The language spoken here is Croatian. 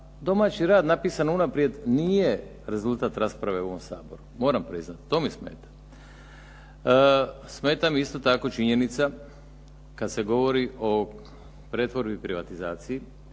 domaći rad napisan unaprijed nije rezultat rasprave u ovom Saboru, moram priznati to mi smeta. Smeta mi isto tako činjenica kad se govori o pretvorbi i privatizaciji